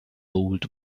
old